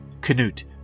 Canute